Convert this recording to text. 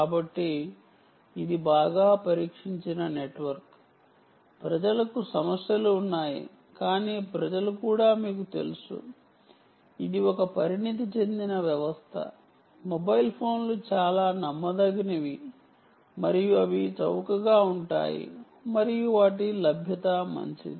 కాబట్టి ఇది బాగా పరీక్షించిన నెట్వర్క్ ప్రజలకు సమస్యలు ఉన్నాయి కానీ ప్రజలు కూడా మీకు తెలుసు ఇది ఒక పరిణతి చెందిన వ్యవస్థ మొబైల్ ఫోన్లు చాలా నమ్మదగినవి మరియు అవి చౌకగా ఉంటాయి మరియు వాటి లభ్యత మంచిది